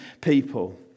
people